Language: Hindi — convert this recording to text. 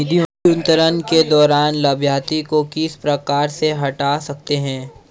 निधि अंतरण के दौरान लाभार्थी को किस प्रकार से हटा सकते हैं?